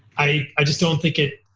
i i just don't think it.